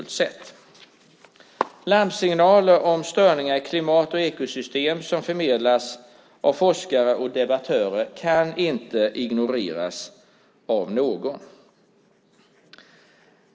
Larmsignaler om störningar i klimat och ekosystem som förmedlas av forskare och debattörer kan inte ignoreras av någon.